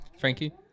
Frankie